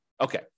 Okay